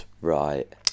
Right